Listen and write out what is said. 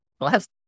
last